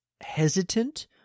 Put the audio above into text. hesitant